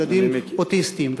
ילדים אוטיסטים.